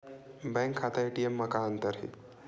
Bank खाता ATM मा का अंतर हे?